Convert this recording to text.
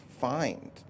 find